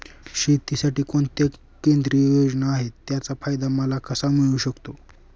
शेतीसाठी कोणत्या केंद्रिय योजना आहेत, त्याचा फायदा मला कसा मिळू शकतो?